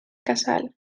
casal